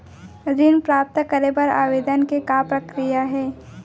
ऋण प्राप्त करे बर आवेदन के का प्रक्रिया हे?